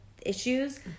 issues